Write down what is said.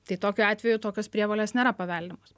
tai tokiu atveju tokios prievolės nėra paveldimos